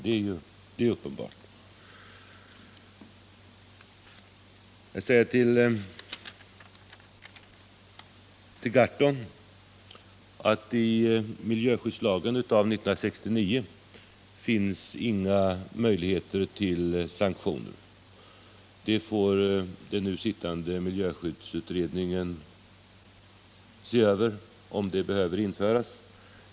Till Per Gahrton vill jag säga att miljöskyddslagen av 1969 ger inga möjligheter till sanktioner. Den nu sittande miljöskyddsutredningen får se över om sådana behöver införas.